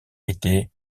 était